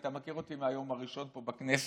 אתה מכיר אותי מהיום הראשון פה בכנסת,